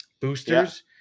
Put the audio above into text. boosters